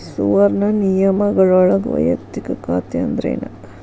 ಸುವರ್ಣ ನಿಯಮಗಳೊಳಗ ವಯಕ್ತಿಕ ಖಾತೆ ಅಂದ್ರೇನ